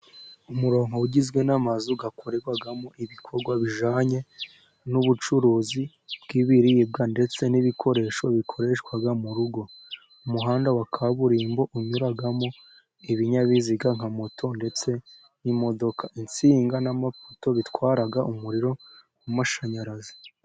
Umurongo ugizwe n'amazu akorerwamo ibikorwa bijyanye n'ubucuruzi bw'ibiribwa ,ndetse n'ibikoresho bikoreshwa mu rugo, umuhanda wa kaburimbo unyuramo ibinyabiziga nka moto ndetse n'imodoka, insinga n'amapoto bitwara umuriro w'amashanyarazi.